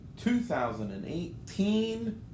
2018